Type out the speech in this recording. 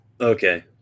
Okay